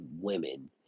women